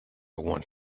want